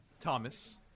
Thomas